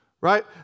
right